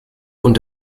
und